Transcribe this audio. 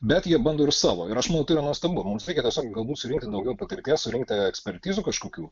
bet jie bando ir savo ir aš manau tai yra nuostabu mums reikia tiesiog galbūt surinkti daugiau patirties surinkti ekspertizių kažkokių